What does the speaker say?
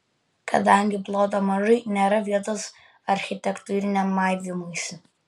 kadangi ploto mažai nėra vietos architektūriniam maivymuisi